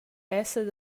esser